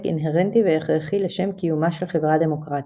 אינהרנטי והכרחי לשם קיומה של חברה דמוקרטית.